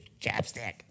Chapstick